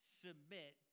submit